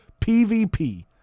PvP